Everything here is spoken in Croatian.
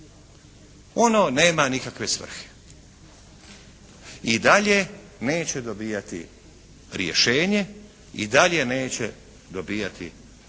Ono nema nikakve svrhe. I dalje neće dobivati rješenje i dalje neće dobivati upravni akt